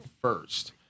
first